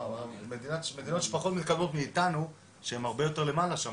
ומדינות שפחות מתקדמות מאיתנו שהן הרבה יותר למעלה בנתונים.